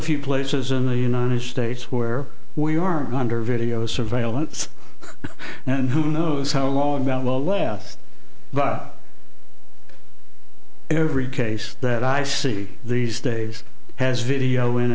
few places in the united states where we are under video surveillance and who knows how long about well left but every case that i see these days has video in